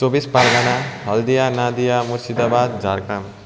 Chaubis Pargana Haldia Nadia Murshidabad Jharkhand